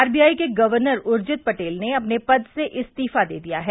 RBI के governor Urjit Patel ने अपने पद से इस्तीफा दे दिया है